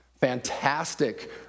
Fantastic